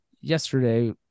yesterday